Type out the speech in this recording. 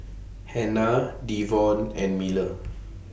Hanna Devon and Miller